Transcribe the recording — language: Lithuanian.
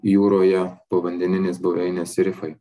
jūroje povandeninės buveinės ir rifai